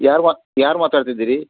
ಯಾರು ಮಾ ಯಾರು ಮಾತಾಡ್ತಿದ್ದೀರಿ